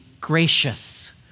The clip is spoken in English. gracious